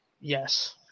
Yes